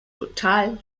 total